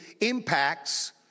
impacts